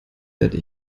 werde